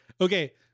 Okay